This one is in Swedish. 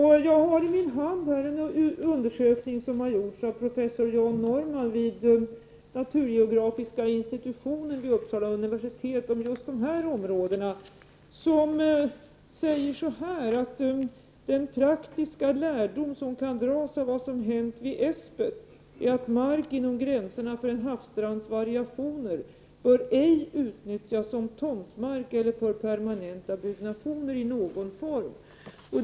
Jag har här i min hand en undersökning som gjorts av professor John Norrman vid naturgeografiska institutionen vid Uppsala universitet om just dessa områden. Han säger att den praktiska lärdom som kan dras av vad som hänt vid Äspet är att mark inom gränserna för en havsstrands variationer ej bör utnyttjas som tomtmark eller för permanenta byggnationer i någon form.